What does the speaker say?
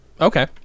Okay